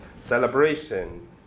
celebration